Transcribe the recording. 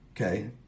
okay